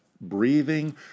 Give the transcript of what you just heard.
breathing